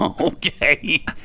Okay